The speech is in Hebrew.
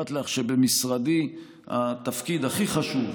אמרתי לך שבמשרדי התפקיד הכי חשוב,